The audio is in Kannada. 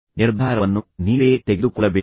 ನಿರ್ಧಾರವನ್ನು ನೀವೇ ತೆಗೆದುಕೊಳ್ಳಬೇಕು